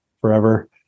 forever